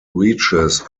reaches